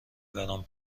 برام